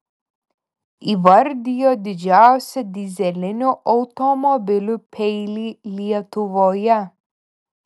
įvardijo didžiausią dyzelinių automobilių peilį lietuvoje